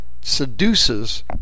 seduces